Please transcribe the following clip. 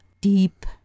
deep